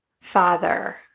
father